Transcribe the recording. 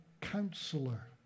Counselor